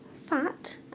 fat